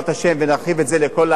ונרחיב את זה לכל הארץ.